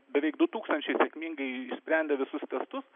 beveik du tūkstančiai sėkmingai išsprendė visus testus